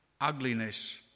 ugliness